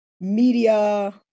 media